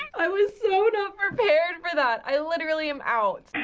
i was so not prepared for that. i literally am out.